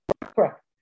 correct